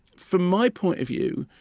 from my point of view,